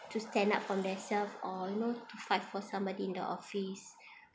to stand up for themselves you know to fight for somebody in the office